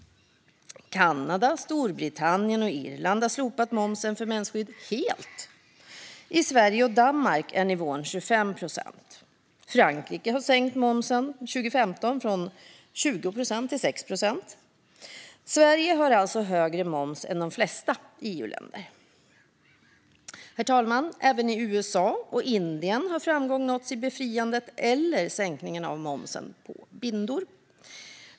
Kanada, Storbritannien och Irland har slopat momsen på mensskydd helt. I Sverige och Danmark är nivån 25 procent. Frankrike sänkte momsen 2015, från 20 procent till 6 procent. Sverige har alltså högre moms än de flesta EU-länder. Herr talman! Även i USA och Indien har framgång nåtts när det gäller att avskaffa eller sänka momsen på bindor.